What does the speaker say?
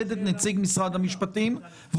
חברים, לא נאפשר.